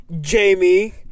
Jamie